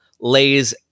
lays